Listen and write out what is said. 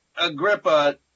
Agrippa